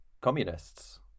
communists